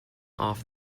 off